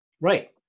Right